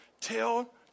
Tell